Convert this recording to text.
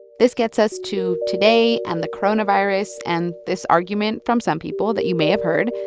this gets us to today, and the coronavirus, and this argument from some people, that you may have heard,